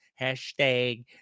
Hashtag